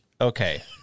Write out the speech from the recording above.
Okay